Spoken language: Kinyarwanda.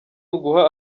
uguha